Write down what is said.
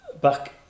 Back